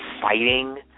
fighting